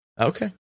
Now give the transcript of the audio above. okay